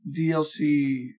DLC